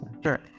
sure